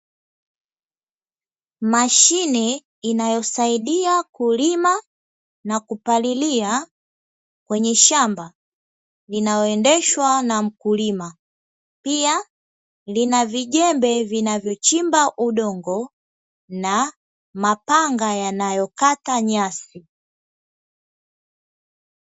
Mashine inayosaidia kulima na kupalilia kwenye shamba linaoendeshwa na mkulima, pia lina vijembe vinavyochimba udongo na mapanga yanayo kata nyasi.